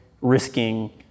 risking